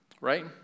right